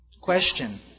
Question